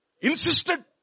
Insisted